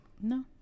No